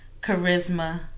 charisma